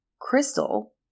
Crystal